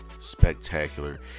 spectacular